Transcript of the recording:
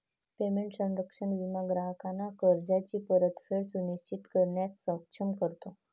payment संरक्षण विमा ग्राहकांना कर्जाची परतफेड सुनिश्चित करण्यास सक्षम करतो